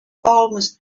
almost